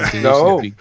No